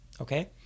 Okay